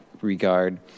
regard